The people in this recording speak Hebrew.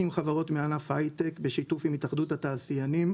חברות מענף היי-טק בשיתוף עם התאחדות התעשיינים.